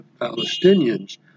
Palestinians